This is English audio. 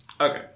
Okay